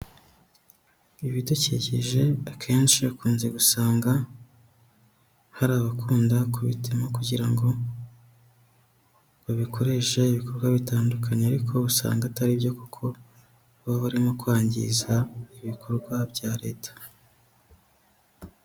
Ibidukikije akenshi ukunze gusanga hari abakunda kubitema kugira ngo babikoreshe ibikorwa bitandukanye, ariko usanga atari byo kuko baba barimo kwangiza ibikorwa bya leta.